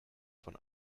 von